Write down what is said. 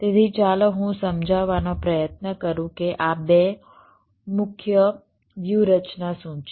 તેથી ચાલો હું સમજાવવાનો પ્રયત્ન કરું કે આ 2 મુખ્ય વ્યૂહરચના શું છે